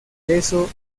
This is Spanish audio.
peso